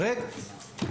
רגע,